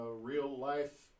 real-life